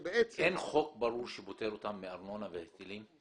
שבעצם --- אין חוק ברור שפוטר אותם מארנונה והיטלים?